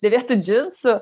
dėvėtų džinsų